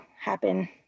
happen